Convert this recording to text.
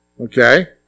Okay